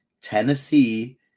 Tennessee